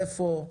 איפה,